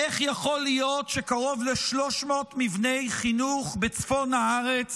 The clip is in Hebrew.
איך יכול להיות שקרוב ל-300 מבני חינוך בצפון הארץ